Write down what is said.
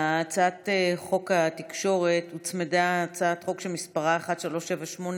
להצעת חוק התקשורת הוצמדה הצעת חוק שמספרה פ/2332/23,